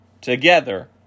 Together